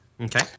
Okay